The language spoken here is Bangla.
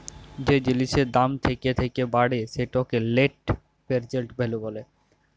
যে জিলিসের দাম থ্যাকে থ্যাকে বাড়ে সেটকে লেট্ পেরজেল্ট ভ্যালু ব্যলে